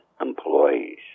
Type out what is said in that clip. employees